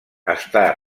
està